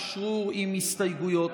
אשרור עם הסתייגויות.